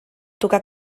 tocar